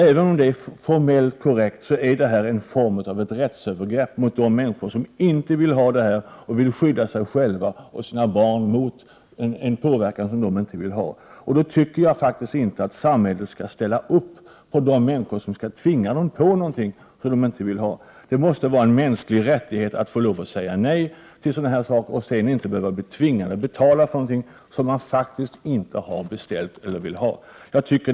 Även om det hela är formellt korrekt, är det här en form av rättsövergrepp mot de människor som inte vill ha kabel-TV och som vill skydda sig själva och sina barn mot en påverkan som inte är önskvärd. Mot den bakgrunden tycker jag faktiskt att samhället inte skall ställa upp för dem som tvingar på människor något som människorna inte vill ha. Det måste vara en mänsklig rättighet att få säga nej i sådana här fall. Dessutom skall människor inte behöva vara tvungna att betala för något som de faktiskt inte har beställt eller som de inte vill ha.